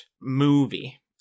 movie